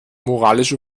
moralisch